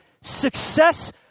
success